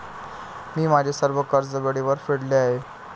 मी माझे सर्व कर्ज वेळेवर फेडले आहे